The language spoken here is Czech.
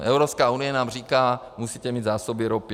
Evropská unie nám říká: musíte mít zásoby ropy.